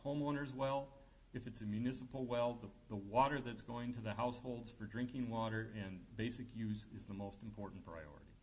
homeowners well if it's a municipal well the the water that's going to the households for drinking water in basic use is the most important priority